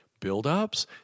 buildups